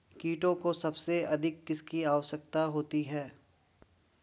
कीटों को सबसे अधिक किसकी आवश्यकता होती है?